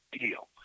deal